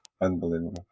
Unbelievable